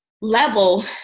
level